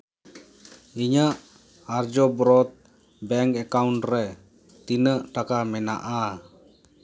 ᱤᱧᱟᱹᱜ ᱟᱨᱡᱚ ᱵᱨᱚᱛ ᱵᱮᱝᱠ ᱮᱠᱟᱣᱩᱱᱴ ᱨᱮ ᱛᱤᱱᱟᱹᱜ ᱴᱟᱠᱟ ᱢᱮᱱᱟᱜᱼᱟ